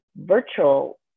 virtual